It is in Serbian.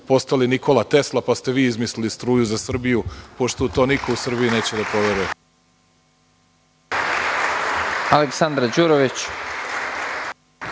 postao Nikola Tesla pa ste vi izmislili struju za Srbiju, pošto to niko u Srbiji neće da poveruje.